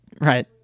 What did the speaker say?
right